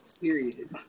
Period